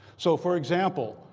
so for example,